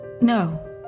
No